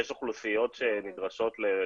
כאשר יש אוכלוסיות שנדרשות לפקס,